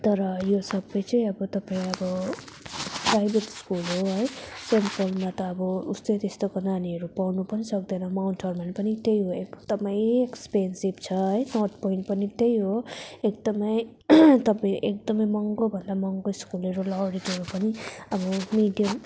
तर यो सबै चाहिँ अब तपाईँ अब प्राइभेट स्कुल हो है सेन्ट पलमा त अब उस्तै त्यस्तैको नानीहरू पढ्नु पनि सक्दैन माउन्ट हर्मन पनि त्यही हो एकदमै एक्सपेन्सिभ छ है नर्थ पोइन्ट पनि त्यही हो एकदमै तपाईँ एकदमै महँगोभन्दा महँगो स्कुलहरू लरेटोहरू पनि अब मिडियम